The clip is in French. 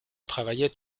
travaillait